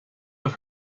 have